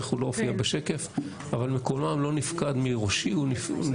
הוא לא הופיע בשקף אבל מקומם לא נפקד משקפי.